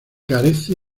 carece